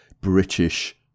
British